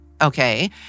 okay